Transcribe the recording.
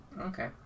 Okay